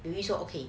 比如说 okay